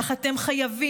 אך אתם חייבים.